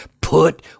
put